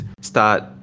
start